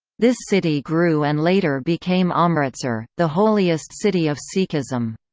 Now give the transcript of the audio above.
this city grew and later became amritsar the holiest city of sikhism.